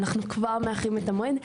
אנחנו כבר מאחרים את המועד,